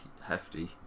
hefty